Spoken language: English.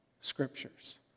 scriptures